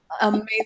Amazing